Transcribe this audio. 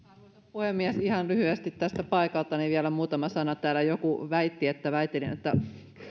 puhemies ihan lyhyesti paikaltani vielä muutama sana täällä joku väitti että väitin että